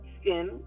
skin